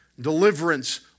deliverance